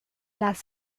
las